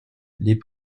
les